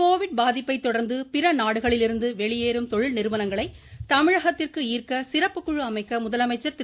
Covid பாதிப்பை தொடர்ந்து பிற நாடுகளிலிருந்து வெளியேறும் தொழில் நிறுவனங்களை தமிழகத்திற்கு ஈர்க்க சிறப்புக்குழு அமைக்க முதலமைச்சர் திரு